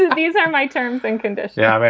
and these are my terms and conditions yeah, but